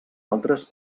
altres